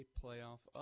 playoff